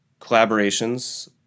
collaborations